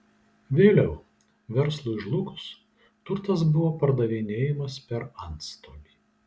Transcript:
vėliau verslui žlugus turtas buvo pardavinėjamas per antstolį